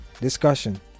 discussion